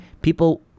people